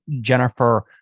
Jennifer